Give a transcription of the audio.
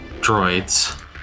droids